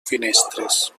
finestres